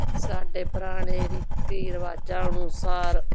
ਸਾਡੇ ਭਰਾ ਨੇ ਰੀਤੀ ਰਿਵਾਜ਼ਾਂ ਅਨੁਸਾਰ